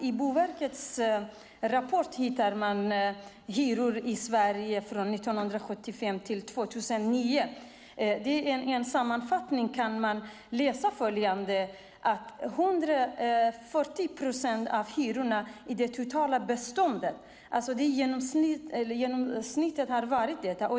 I Boverkets rapport hittar man hyror i Sverige från 1975 till 2009. I en sammanfattning kan man läsa att nyproduktionshyrorna i genomsnitt har varit 140 procent av hyrorna i det totala beståndet.